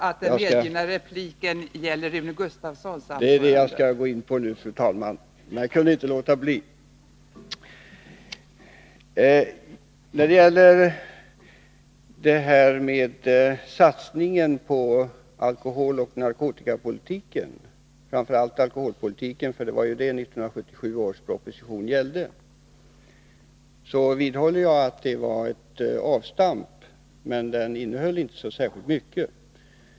Fru talman! Det är det jag skall gå in på nu. Men jag kunde inte låta bli att först göra denna kommentar. När det gäller satsningen på alkoholoch narkotikapolitiken — framför allt alkoholpolitiken, för det var den 1977 års proposition gällde — vidhåller jag att det var ett avstamp, men propositionen innehöll inte särskilt mycket.